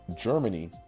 Germany